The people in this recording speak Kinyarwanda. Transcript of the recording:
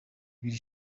ibiri